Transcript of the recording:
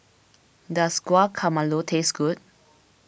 does Guacamole taste good